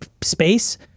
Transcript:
space